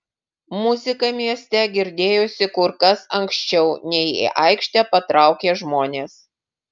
muzika mieste girdėjosi kur kas anksčiau nei į aikštę patraukė žmonės